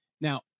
Now